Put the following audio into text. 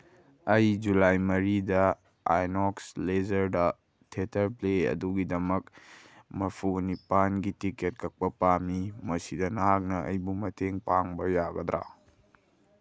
ꯑꯩ ꯖꯨꯂꯥꯏ ꯃꯔꯤꯗ ꯑꯥꯏꯅꯣꯛꯁ ꯂꯦꯖꯔꯗ ꯊꯦꯇꯔ ꯄ꯭ꯂꯦ ꯑꯗꯨꯒꯤꯗꯃꯛ ꯃꯔꯐꯨꯒ ꯅꯤꯄꯥꯟꯒꯤ ꯇꯤꯀꯦꯠ ꯀꯛꯄ ꯄꯥꯝꯃꯤ ꯃꯁꯤꯗ ꯅꯍꯥꯛꯅ ꯑꯩꯕꯨ ꯃꯇꯦꯡ ꯄꯥꯡꯕ ꯌꯥꯒꯗ꯭ꯔꯥ